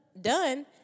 done